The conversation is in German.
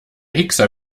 hickser